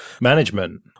Management